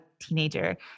teenager